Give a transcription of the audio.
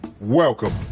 Welcome